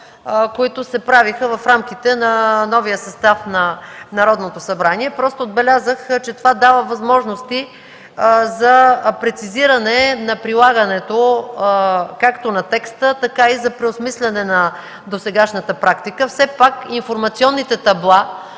които се правиха в рамките на новия състав на Народното събрание. Просто отбелязах, че това дава възможности за прецизиране на прилагането както на текста, така и за преосмисляне на досегашната практика. Все пак информационните табла